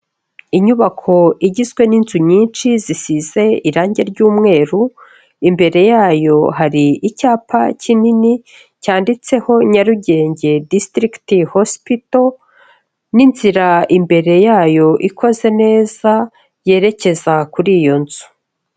Inyubako igizwe n'inzu nyinshi zisize irange ry'umweru, imbere yayo hari icyapa kinini cyanditseho Nyarugenge District Hospital n'inzira imbere yayo ikoze neza yerekeza kuri iyo nzu.